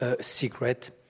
secret